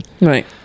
Right